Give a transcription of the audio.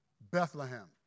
Bethlehem